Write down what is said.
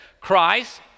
Christ